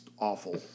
awful